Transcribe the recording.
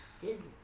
Disney